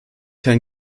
herrn